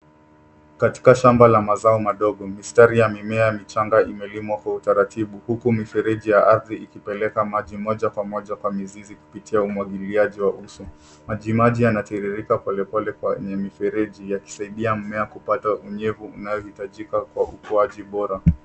Katika shamba la mazao madogo, mistari ya mimea michanga imelimwa kwa utaratibu, huku mifereji ya ardhi ikipeleka maji moja kwa moja kwa mizizi kupitia umwagiliaji wa uso. Maji maji yanatirirka kwa upole kwenye mifereji, yakisaidia mimea kupata unyevu unaohitajika kwa ukuaji bora.